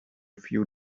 few